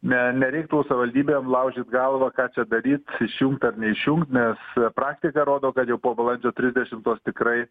ne nereiktų savivaldybėm laužyt galvą ką čia daryt išjungt ar neišjungt nes praktika rodo kad jau po balandžio trisdešimtos tikrai